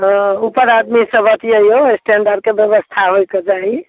तऽ ऊपर आदमी से बतैयौ स्टैंड आरके ब्यबस्था होइके चाही